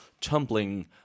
tumbling